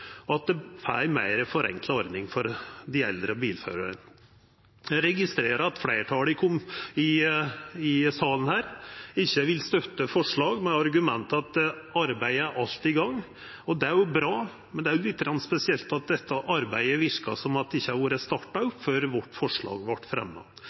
at vi får ei meir forenkla ordning for dei eldre bilførarane. Eg registrerer at fleirtalet i salen ikkje vil støtta forslaget, med det argumentet at arbeidet alt er i gang. Det er bra, men det er litt spesielt at det verkar som at dette arbeidet ikkje vart starta